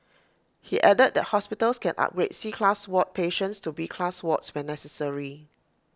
he added that hospitals can upgrade C class ward patients to B class wards when necessary